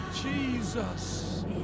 Jesus